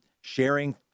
sharing